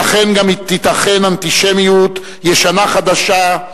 תיתכן אנטישמיות ישנה-חדשה,